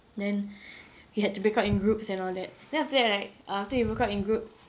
then we had to break up in groups and all that then after that right after we broke up in groups